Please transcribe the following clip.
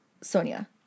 Sonia